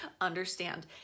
understand